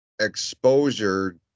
exposure